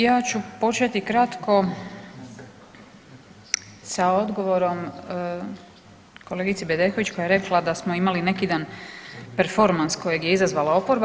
Ja ću početi kratko sa odgovorom kolegici Bedeković koja je rekla da smo imali neki dan performans kojeg je izazvala oporba.